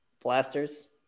Blasters